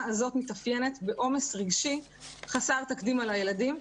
הזו מתאפיינת בעומס רגשי חסר תקדים על הילדים.